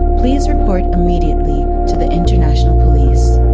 please report immediately to the international police.